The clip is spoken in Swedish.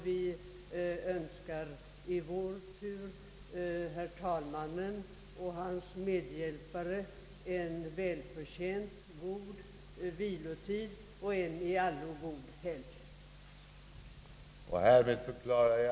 Vi önskar i vår tur herr talmannen och hans medhjälpare en välförtjänt god vilotid och en i allo god helg.